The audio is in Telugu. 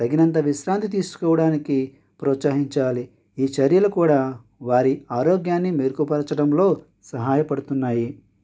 తగినంత విశ్రాంతి తీసుకోవడానికి ప్రోత్సహించాలి ఈ చర్యలు కూడా వారి ఆరోగ్యాన్ని మెరుగుపరచడంలో సహాయపడుతున్నాయి